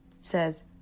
says